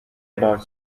about